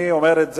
אני אומר את זה,